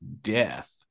death